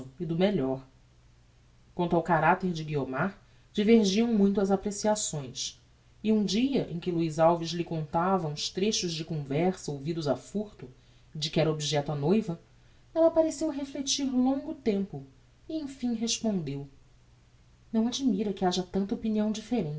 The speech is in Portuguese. e do melhor quanto ao caracter de guiomar divergiam muito as apreciações e um dia em que luiz alves lhe contava uns trechos de conversa ouvidos a furto e de que era objecto a noiva ella pareceu reflectir longo tempo e emfim respondeu não admira que haja tanta opinião differente